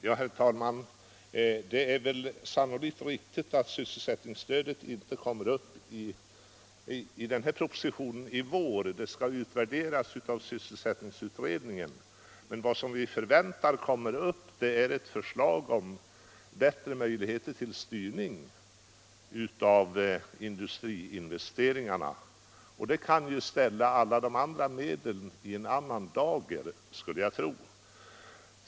Herr talman! Det är sannolikt riktigt att frågan om sysselsättningsstödet inte kommer att behandlas i vår. Det hela skall utvärderas av sysselsättningsutredningen. Vad vi däremot förväntar skall komma upp är ett förslag om bättre möjligheter till styrning av industriinvesteringarna. Det kan komma att ställa alla de andra medlen i en annan dager.